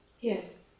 Yes